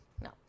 No